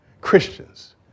Christians